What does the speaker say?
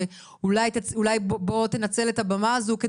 ואולי בוא תנצל את הבמה הזו,